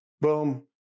boom